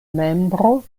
membro